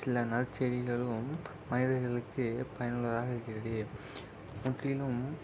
சில நற்செய்திகளும் மனிதர்களுக்கு பயனுள்ளதாக இருக்கிறது முற்றிலும்